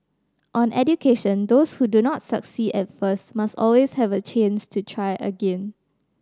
on education those who do not succeed at first must always have a chance to try again